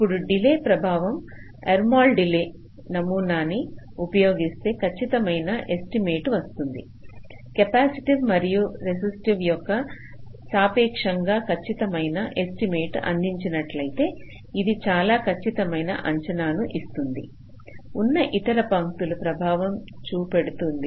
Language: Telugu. ఇప్పుడు డిలే ప్రభావం ఎల్మోర్ డిలే నమూనాని ఉపయోగిస్తే ఖచ్చితమైన ఎస్టిమేట్ వస్తుంది కెపాసిటివ్ మరియు రెసిస్టివ్ యొక్క సాపేక్షంగా ఖచ్చితమైన ఎస్టిమేట్ అందించినట్లయితే ఇది చాలా ఖచ్చితమైన అంచనాను ఇస్తుంది ఉన్న ఇతర పంక్తులు ప్రభావం చూపెడుతుంది